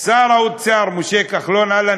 שר האוצר משה כחלון, אהלן